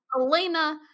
Elena